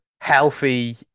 healthy